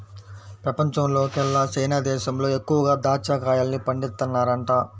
పెపంచంలోకెల్లా చైనా దేశంలో ఎక్కువగా దాచ్చా కాయల్ని పండిత్తన్నారంట